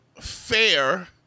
fair